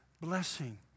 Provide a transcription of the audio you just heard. blessing